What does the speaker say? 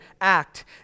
act